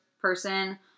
person